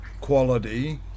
quality